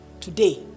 Today